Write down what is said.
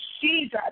Jesus